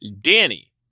Danny